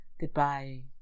goodbye